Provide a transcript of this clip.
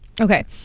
okay